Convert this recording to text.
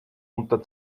unter